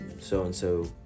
so-and-so